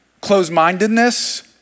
closed-mindedness